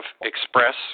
express